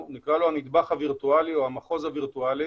נקרא לו המחוז הווירטואלי,